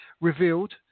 revealed